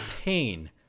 pain